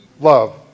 love